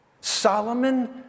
Solomon